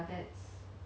你给我看 lah